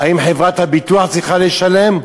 אם חברת הביטוח צריכה לשלם,